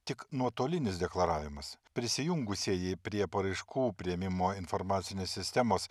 tik nuotolinis deklaravimas prisijungusieji prie paraiškų priėmimo informacinės sistemos